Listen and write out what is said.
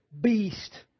beast